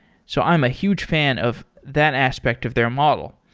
so i'm a huge fan of that aspect of their model.